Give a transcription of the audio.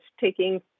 taking